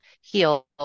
heal